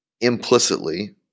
implicitly